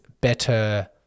better